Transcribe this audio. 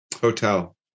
Hotel